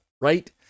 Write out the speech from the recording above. right